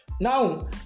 now